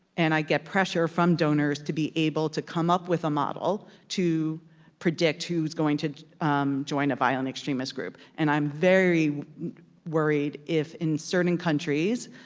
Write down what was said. and i get pressure from donors, to be able to come up with a model to predict who's going to join a violent extremist group, and i'm very worried if in certain countries,